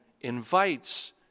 invites